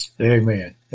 Amen